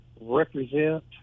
represent